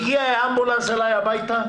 הגיע אמבולנס לביתי,